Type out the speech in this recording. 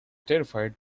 terrified